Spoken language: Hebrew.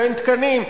ואין תקנים,